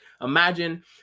imagine